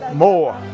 more